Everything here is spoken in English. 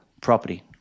property